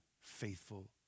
faithful